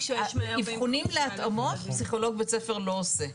אבחונים להתאמות פסיכולוג בית ספר לא עושה.